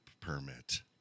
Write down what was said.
permit